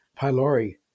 pylori